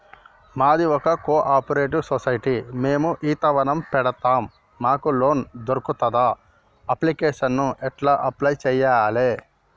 మాది ఒక cooperative society మేము ఈత వనం పెడతం మాకు లోన్ దొర్కుతదా? అప్లికేషన్లను ఎట్ల అప్లయ్ చేయాలే?